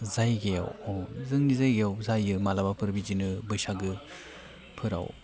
जायगायाव अ जोंनि जायगायाव जायो माब्लाबाफोर बिदिनो बैसागोफोराव